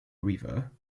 river